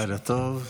לילה טוב.